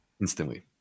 instantly